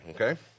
okay